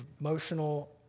emotional